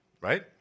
Right